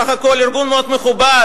בסך הכול ארגון מאוד מכובד.